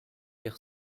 hier